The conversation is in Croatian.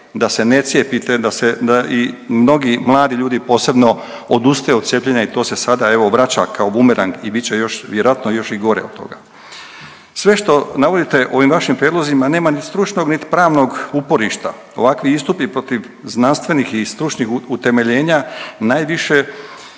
da se ne cijepite, da se, da i mnogi mladi ljudi posebno odustaju od cijepljenja i to se sada evo vraća kao bumerang i bit će još, vjerojatno još i gore od toga. Sve što navodite u ovim vašim prijedlozima nema ni stručnog niti pravnog uporišta. Ovakvi istupi protiv znanstvenih i stručnih utemeljenja najviše